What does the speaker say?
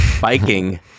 Biking